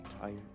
tired